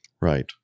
Right